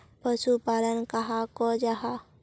पशुपालन कहाक को जाहा?